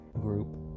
group